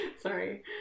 sorry